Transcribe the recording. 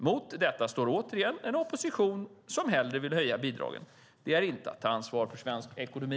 Mot detta står åter en opposition som hellre vill höja bidragen. Det är inte att ta ansvar för svensk ekonomi.